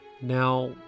Now